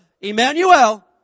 Emmanuel